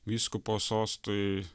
vyskupo sostui